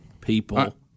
people